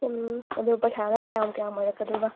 ꯑꯗꯣ ꯄꯩꯁꯅ ꯀꯌꯥꯝ ꯀꯌꯥꯝ ꯑꯣꯏꯔꯛꯀꯗꯣꯏꯕ